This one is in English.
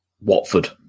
Watford